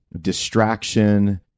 distraction